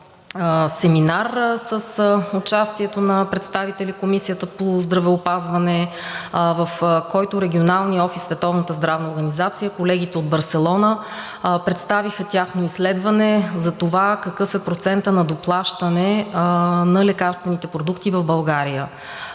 семинар с участието на представители на Комисията по здравеопазване, в който Регионалният офис на Световната здравна организация, колегите от Барселона, представиха тяхно изследване за това какъв е процентът на доплащане на лекарствените продукти в България.